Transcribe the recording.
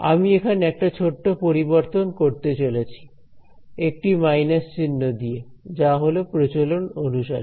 আমি এখানে একটা ছোট্ট পরিবর্তন করতে চলেছি একটি মাইনাস চিহ্ন দিয়ে যা হলো প্রচলন অনুসারে